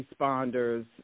responders